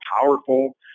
powerful